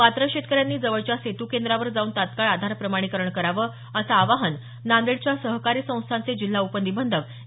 पात्र शेतकऱ्यांनी जवळच्या सेतू केंद्रावर जाऊन तत्काळ आधार प्रमाणिकरण करावं असं आवाहन नांदेडच्या सहकारी संस्थांचे जिल्हा उपनिबंधक ए